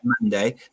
Monday